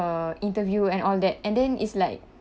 interview and all that and then it's like